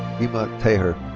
dima taher.